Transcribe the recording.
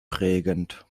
prägend